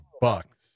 bucks